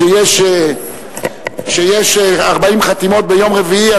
כשיש 40 חתימות ביום רביעי,